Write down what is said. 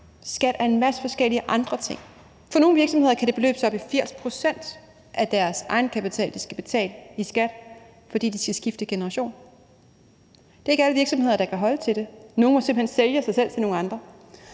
skat af en masse forskellige andre ting. For nogle virksomheder kan det beløbe sig op i 80 pct. af deres egenkapital, de skal betale i skat, fordi de skal skifte generation. Det er ikke alle virksomheder, der kan holde til det. Nogle må simpelt hen sælge sig selv til nogle andre,